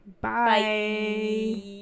bye